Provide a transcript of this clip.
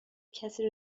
کسی